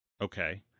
Okay